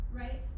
right